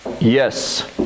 Yes